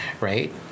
Right